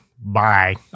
Bye